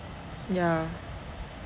ya